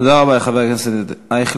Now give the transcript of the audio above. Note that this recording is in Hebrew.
תודה רבה לחבר הכנסת אייכלר.